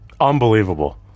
Unbelievable